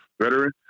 veteran